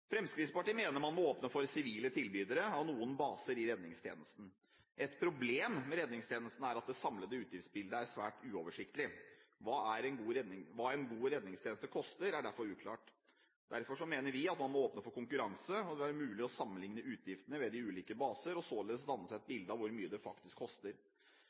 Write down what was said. Fremskrittspartiet mener man må åpne for sivile tilbydere av noen baser i redningstjenesten. Et problem med redningstjenesten er at det samlede utgiftsbildet er svært uoversiktlig. Hva en god redningstjeneste koster, er derfor uklart. Derfor mener vi at man må åpne for konkurranse. Det vil gjøre det mulig å sammenlikne utgiftene ved de ulike baser og således danne seg et bilde av hvor mye det faktisk koster.